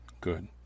good